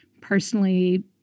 Personally